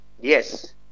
yes